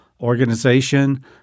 organization